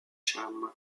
cham